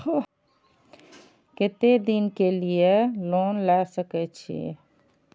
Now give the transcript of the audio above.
केते दिन के लिए लोन ले सके छिए?